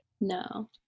No